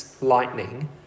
lightning